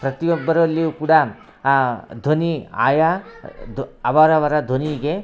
ಪ್ರತಿಯೊಬ್ಬರಲ್ಲಿಯು ಕೂಡ ಆ ಧ್ವನಿ ಆಯಾ ಧ್ವ ಅವರವರ ಧ್ವನಿಗೆ